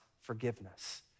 forgiveness